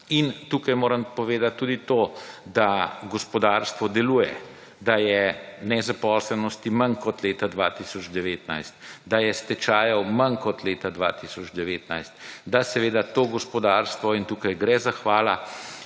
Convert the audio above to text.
in tukaj moram povedat tudi to, da gospodarstvo deluje, da je nezaposlenosti manj, kot leta 2019, da je stečajev manj, kot leta 2019, da seveda to gospodarstvo in tukaj gre zahvala